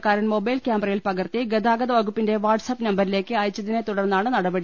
ക്കാരൻ mobile കൃാമറയിൽ പകർത്തി ഗതാഗത വകുപ്പിന്റെ വാട്സാപ്പ് നമ്പരിലേക്ക് അയച്ചതിനെതുടർന്നാണ് നടപടി